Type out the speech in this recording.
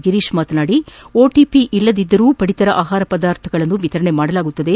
ಗಿರೀಶ್ ಮಾತನಾಡಿ ಓಟಿಪಿ ಇಲ್ಲದೆಯೂ ಪಡಿತರ ಆಹಾರ ಪದಾರ್ಥಗಳನ್ನು ವಿತರಣೆ ಮಾಡಲಾಗುವುದು